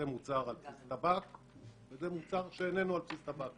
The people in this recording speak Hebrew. זה מוצר על בסיס טבק זה מוצר שאיננו על בסיס טבק,